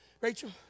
Rachel